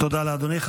תודה לאדוני.